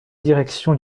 direction